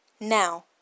Now